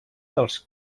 dels